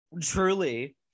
Truly